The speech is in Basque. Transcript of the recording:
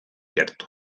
gertu